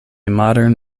modern